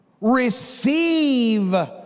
receive